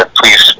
please